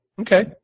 Okay